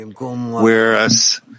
Whereas